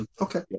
okay